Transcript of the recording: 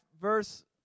verse